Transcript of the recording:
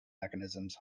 mechanisms